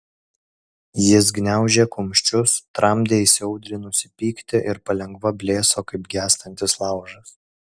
jis gniaužė kumščius tramdė įsiaudrinusį pyktį ir palengva blėso kaip gęstantis laužas